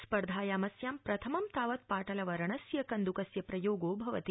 स्पर्धायामस्याम् प्रथमं तावत् पाटलवर्णस्य कन्द्कस्य प्रयोगो भवति